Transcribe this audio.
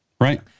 Right